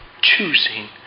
choosing